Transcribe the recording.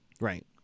Right